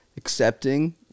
Accepting